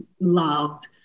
loved